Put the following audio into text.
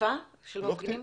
קטיפה של מפגינים.